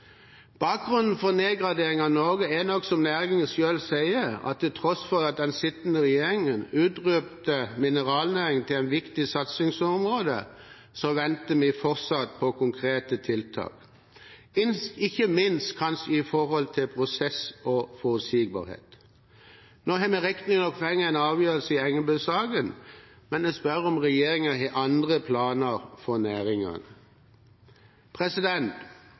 Bakgrunnen for nedgraderingen av Norge er nok som næringen selv sier, at til tross for at den sittende regjeringen utropte mineralnæringen til et viktig satsingsområde, venter vi fortsatt på konkrete tiltak – ikke minst kanskje når det gjelder prosess og forutsigbarhet. Nå har vi riktignok fått en avgjørelse i Engebø-saken, men jeg spør om regjeringen har andre planer for